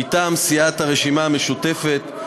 מטעם סיעת הרשימה המשותפת,